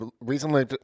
recently